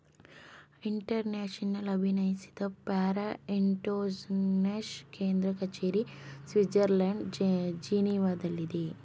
international ಅಭಿನಯಿಸಿದ for standardisation ಕೇಂದ್ರ ಕಚೇರಿ ಸ್ವಿಡ್ಜರ್ಲ್ಯಾಂಡ್ ಜಿನೀವಾದಲ್ಲಿದೆ